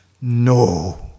No